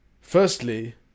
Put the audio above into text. Firstly